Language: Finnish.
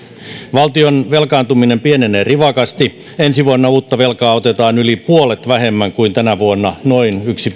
valtion velkaantuminen pienenee rivakasti ensi vuonna uutta velkaa otetaan yli puolet vähemmän kuin tänä vuonna noin yksi